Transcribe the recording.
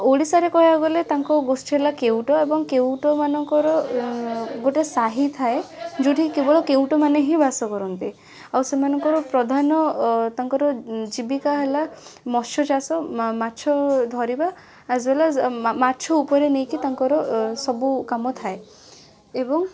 ଓଡ଼ିଶାରେ କହିବାକୁ ଗଲେ ତାଙ୍କ ଗୋଷ୍ଠୀ ହେଲା କେଉଟ ଏବଂ କେଉଟ ମାନଙ୍କର ଗୋଟେ ସାହି ଥାଏ ଯେଉଁଠି କେବେଳ କେଉଟମାନେ ହିଁ ବାସ କରନ୍ତି ଆଉ ସେମାନଙ୍କର ପ୍ରଧାନ ତାଙ୍କର ଜୀବିକା ହେଲା ମତ୍ସ୍ୟଚାଷ ମାଛ ଧରିବା ଆଜ୍ ୱେଲ୍ ଆଜ୍ ମାଛ ଉପରେ ନେଇକି ତାଙ୍କର ସବୁ କାମ ଥାଏ ଏବଂ